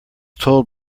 told